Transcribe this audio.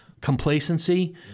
complacency